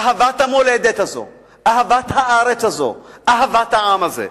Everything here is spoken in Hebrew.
אהבת המולדת הזו, אהבת הארץ הזו, אהבת העם הזה.